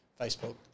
Facebook